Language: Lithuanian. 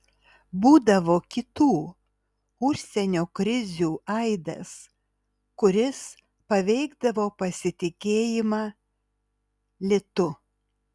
būdavo kitų užsienio krizių aidas kuris paveikdavo pasitikėjimą litu